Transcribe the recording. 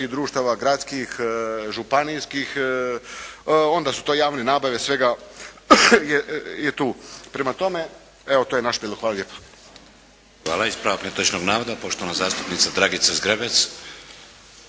društava, gradskih, županijskih, onda su to javne nabave, svega je tu. Prema tome, evo to je naš prijedlog. Hvala lijepa. **Šeks, Vladimir (HDZ)** Ispravak netočnog navoda, poštovana zastupnica Dragica Zgrebec.